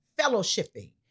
fellowshipping